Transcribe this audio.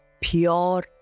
pure